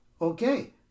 okay